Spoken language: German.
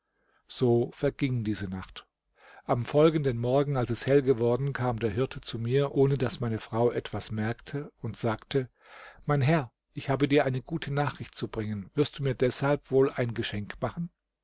so verging diese nacht am folgenden morgen als es hell geworden kam der hirte zu mir ohne daß meine frau etwas merkte und sagte mein herr ich habe dir eine gute nachricht zu bringen wirst du mir deshalb wohl ein geschenk machen